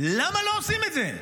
למה לא עושים את זה?